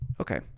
Okay